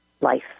life